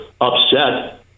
upset